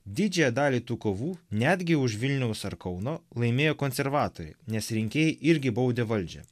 didžiąją dalį tų kovų netgi už vilniaus ar kauno laimėjo konservatoriai nes rinkėjai irgi baudė valdžią